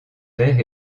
vert